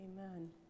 Amen